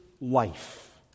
life